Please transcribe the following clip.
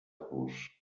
vos